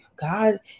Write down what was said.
God